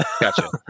Gotcha